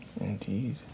Indeed